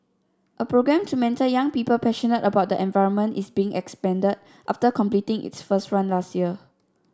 a programme to mentor young people passionate about the environment is being expanded after completing its first run last year